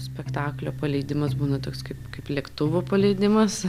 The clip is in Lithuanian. spektaklio paleidimas būna toks kaip kaip lėktuvo paleidimas